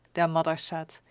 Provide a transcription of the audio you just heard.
their mother said.